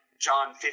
John